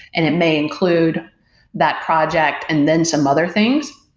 and it may include that project and then some other things.